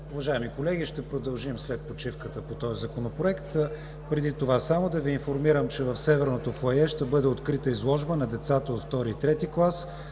Уважаеми колеги, ще продължим след почивката по този законопроект. Преди това да Ви информирам, че в Северното фоайе ще бъде открита изложба на децата от втори